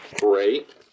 Great